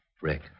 Rick